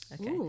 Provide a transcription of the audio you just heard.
Okay